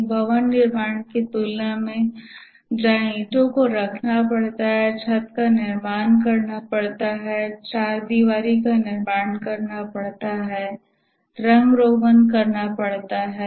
एक भवन निर्माण की तुलना में जहाँ ईंटों को रखना पड़ता है छत का निर्माण करना पड़ता है चारदीवारी का निर्माण करना पड़ता है रंग रोगन करना पड़ता है